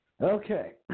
Okay